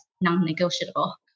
non-negotiable